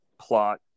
plot